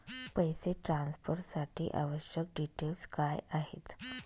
पैसे ट्रान्सफरसाठी आवश्यक डिटेल्स काय आहेत?